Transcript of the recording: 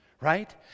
Right